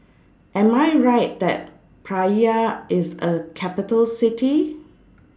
Am I Right that Praia IS A Capital City